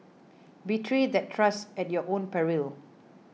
betray that trust at your own peril